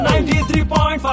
93.5